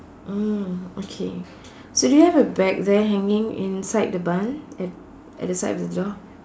uh okay so do you have a bag there hanging inside the barn at at the side of the door